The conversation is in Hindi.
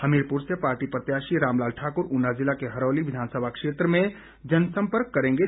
हमीरपुर से पार्टी प्रत्याशी रामलाल ठाक्र ऊना जिला के हरोली विधानसभा क्षेत्र में जनसम्पर्क करेंगे